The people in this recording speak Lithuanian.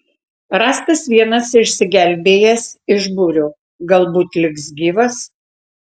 rastas vienas išsigelbėjęs iš būrio galbūt liks gyvas